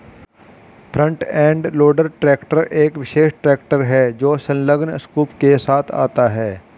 front end loader tractor एक विशेष tractor है जो संलग्न स्कूप के साथ आता है